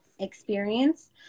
experience